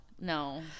no